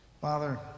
Father